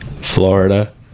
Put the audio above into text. Florida